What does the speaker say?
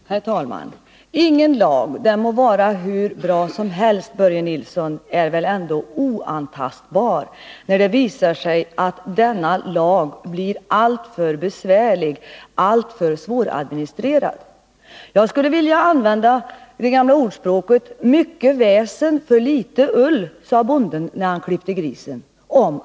Herr talman! Ingen lag — den må vara hur bra som helst, Börje Nilsson — är väl oanpassbar när det visar sig att den blir alltför besvärlig och svåradministrerad! Jag skulle om arbetsskadeförsäkringen ville använda det gamla ordspråket: Mycket väsen för litet ull, sa bonden när han klippte grisen.